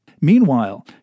Meanwhile